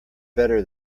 better